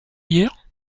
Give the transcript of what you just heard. hier